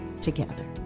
together